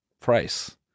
price